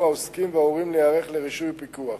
העוסקים וההורים להיערך לרישוי ופיקוח.